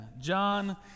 John